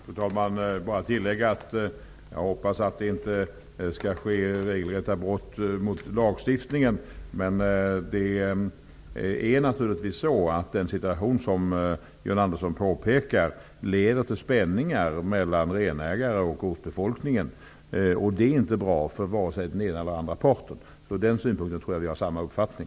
Fru talman! Jag vill bara tillägga att jag hoppas att det inte skall ske regelrätta brott mot lagstiftningen. Denna situation, vilket John Andersson påpekar, leder till spänningar mellan renägare och ortsbefolkningen. Det är inte bra för vare sig den ena eller den andra parten. I den frågan tror jag att vi har samma uppfattning.